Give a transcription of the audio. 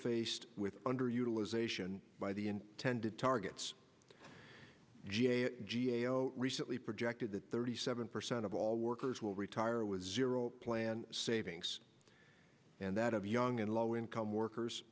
faced with underutilization by the intended targets g a o recently projected that thirty seven percent of all workers will retire with zero plan savings and that of young and low income workers